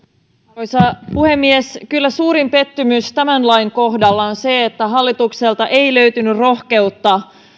arvoisa puhemies kyllä suurin pettymys tämän lain kohdalla on se että hallitukselta ei löytynyt rohkeutta